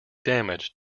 damaged